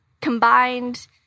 combined